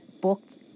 booked